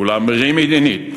ולהמריא מדינית,